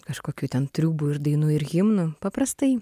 kažkokių ten triūbų ir dainų ir himnų paprastai